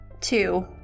two